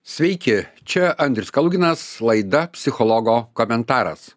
sveiki čia andrius kaluginas laida psichologo komentaras